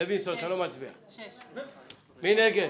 מי נגד?